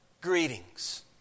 Greetings